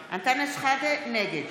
שחאדה, נגד